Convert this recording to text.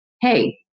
hey